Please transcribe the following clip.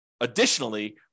additionally